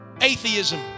atheism